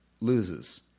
loses